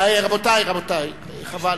אדוני היושב-ראש,